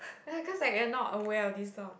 I cause I not aware of this sort of thing